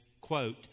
quote